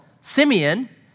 Simeon